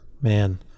man